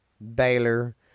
Baylor